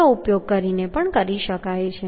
નો ઉપયોગ કરીને પણ કરી શકાય છે